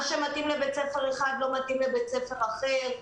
מה שמתאים לבית ספר אחד לא מתאים לבית ספר אחר.